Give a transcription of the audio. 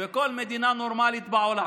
בכל מדינה נורמלית בעולם.